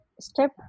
step